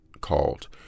called